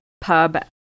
pub